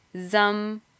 zum